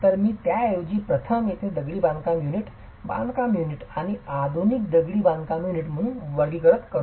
तर मी त्याऐवजी प्रथम येथे दगडी बांधकाम युनिट बांधकाम युनिट आणि आधुनिक दगडी बांधकाम युनिट म्हणून वर्गीकृत करू